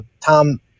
Tom